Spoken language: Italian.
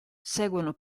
seguono